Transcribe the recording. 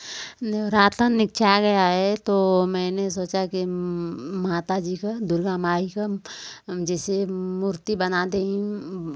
नवरातन आ गया है तो मैंने सोचा कि माताजी का दुर्गा माई का जैसे मूर्ति बनाते ही